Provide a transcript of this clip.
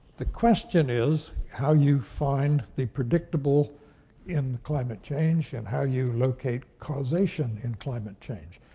the question is how you find the predictable in climate change and how you locate causation in climate change.